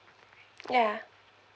ya